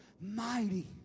mighty